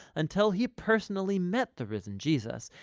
until he personally met the risen jesus,